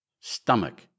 Stomach